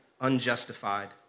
unjustified